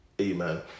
amen